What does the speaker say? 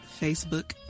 Facebook